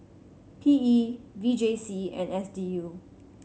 P E V J C and S D U